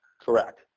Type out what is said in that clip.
Correct